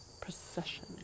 procession